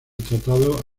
tratado